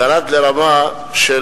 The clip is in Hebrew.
ירד לרמה של